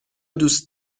دوست